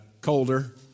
Colder